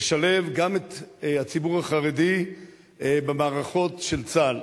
לשלב גם את הציבור החרדי במערכות של צה"ל.